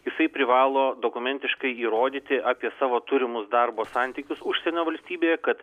jisai privalo dokumentiškai įrodyti apie savo turimus darbo santykius užsienio valstybėje kad